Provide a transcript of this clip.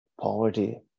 Poverty